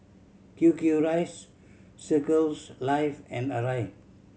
Q Q Rice Circles Life and Arai